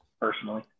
personally